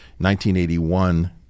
1981